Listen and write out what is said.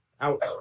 out